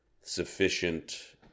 sufficient